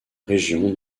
région